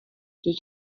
ydi